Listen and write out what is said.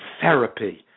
therapy